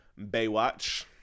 Baywatch